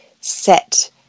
set